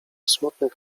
smutnych